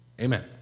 Amen